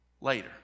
later